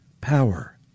power